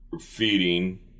feeding